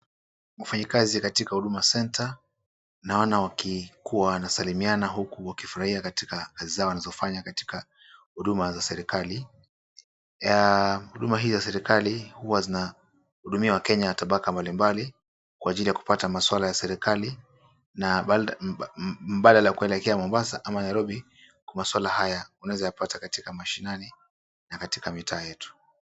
Wafanyakazi katika Huduma Center. Naona wakisalimiana huku wakifurahia kazi zao wanazofanya katika huduma za serikali. Huduma hizi za serikali huwa zinawahudumia wakenya wa tabaka mbalimbali kwa ajili ya kupata maswala ya serikali. Mbadala kuelekea Mombasa ama Nairobi kwa maswala haya, unaweza yapata mashinani na katika mitaa yetu.